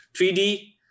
3D